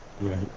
right